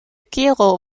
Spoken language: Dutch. kerel